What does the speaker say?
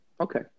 Okay